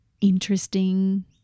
interesting